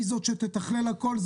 היא זו שתתכלל הכול,